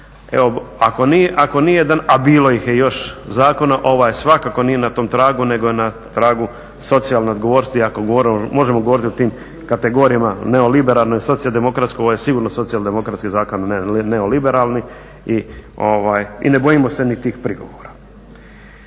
Ako nijedan a bilo ih je još zakona ovaj svakako nije na tom tragu nego je na tragu socijalne odgovornosti ako možemo govoriti o tim kategorijama neoliberalnoj socijaldemokratskoj, ovo je sigurno socijaldemokratski zakon, a ne neoliberalni i ne bojimo se ni tih prigovora.